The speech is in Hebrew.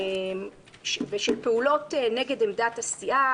ושל פעולות נגד עמדת הסיעה,